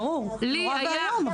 ברור, זה נורא ואיום.